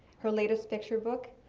her latest picture book,